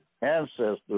ancestors